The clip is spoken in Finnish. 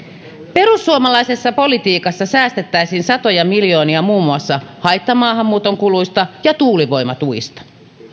perussuomalaisessa politiikassa säästettäisiin satoja miljoonia muun muassa haittamaahanmuuton kuluista ja tuulivoimatuista